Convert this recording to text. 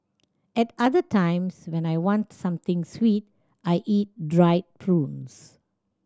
at other times when I want something sweet I eat dried prunes